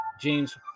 james